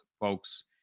folks